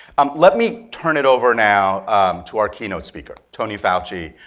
um let me turn it over now to our keynote speaker, tony fauci,